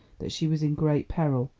that she was in great peril.